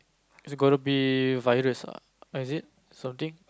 is it gonna be virus ah ah is it something